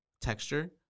texture